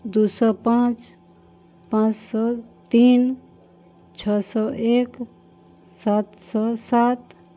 दू सए पाँच पाँच सए तीन छओ सए एक सात सए सात